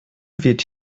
wird